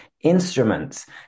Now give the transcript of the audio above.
instruments